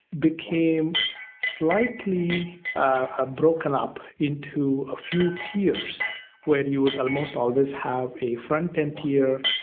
became slightly ah broken up into a few tiers where you almost always have a front end tier,